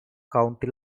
county